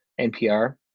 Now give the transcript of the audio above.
NPR